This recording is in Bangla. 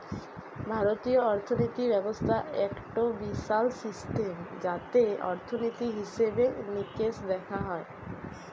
ভারতীয় অর্থিনীতি ব্যবস্থা একটো বিশাল সিস্টেম যাতে অর্থনীতি, হিসেবে নিকেশ দেখা হয়